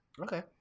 Okay